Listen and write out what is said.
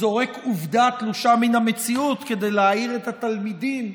זורק עובדה תלושה מן המציאות כדי להעיר את התלמידים.